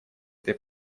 этой